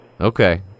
Okay